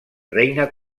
reina